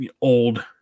old